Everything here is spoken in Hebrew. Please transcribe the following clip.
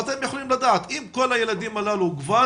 ואז אתם יכולים לדעת אם כל הילדים הללו כבר